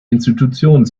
institutionen